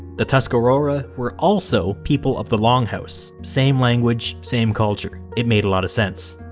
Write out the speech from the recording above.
the tuscarora were also people of the longhouse. same language, same culture. it made a lot of sense.